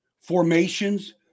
formations